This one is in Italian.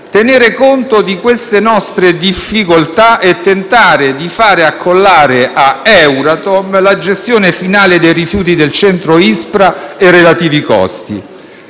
tenere conto di queste nostre difficoltà e tentare di fare accollare all'Euratom la gestione finale dei rifiuti del Centro di Ispra e relativi costi.